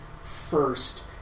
first